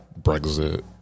Brexit